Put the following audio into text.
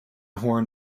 horn